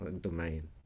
domain